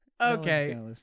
okay